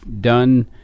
done